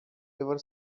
ever